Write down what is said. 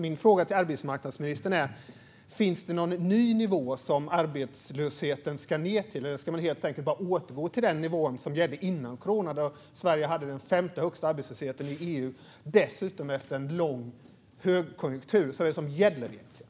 Min fråga till arbetsmarknadsministern är: Finns det någon ny nivå som arbetslösheten ska ned till, eller ska vi bara återgå till den nivå som gällde innan corona då Sverige hade den femte högsta arbetslösheten i EU, dessutom efter en lång högkonjunktur? Vad är det som gäller egentligen?